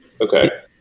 Okay